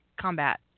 combat